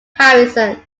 harrison